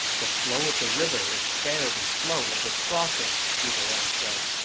the flow of the river is fairly slow at this crossing, zhuge liang said.